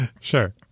sure